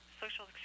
social